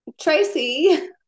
Tracy